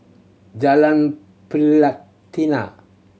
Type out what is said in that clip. Jalan Pelatina